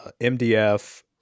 MDF